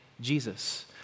Jesus